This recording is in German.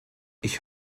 ich